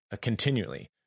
continually